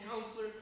counselor